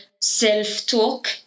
self-talk